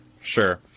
Sure